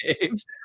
games